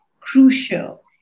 crucial